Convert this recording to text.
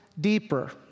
deeper